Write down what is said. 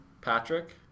Patrick